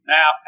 Now